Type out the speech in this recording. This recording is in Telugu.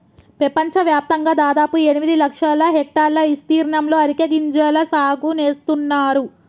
పెపంచవ్యాప్తంగా దాదాపు ఎనిమిది లక్షల హెక్టర్ల ఇస్తీర్ణంలో అరికె గింజల సాగు నేస్తున్నారు